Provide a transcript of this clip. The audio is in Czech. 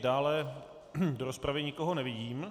Dále do rozpravy nikoho nevidím.